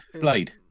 Blade